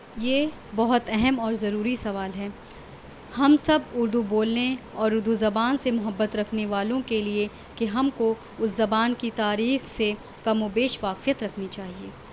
یہ بہت اہم اور ضروری سوال ہے ہم سب اردو بولنے اور اردو زبان سے محبت رکھنے والوں کے لیے کہ ہم کو اس زبان کی تاریخ سے کم و بیش واقفیت رکھنی چاہیے